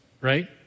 right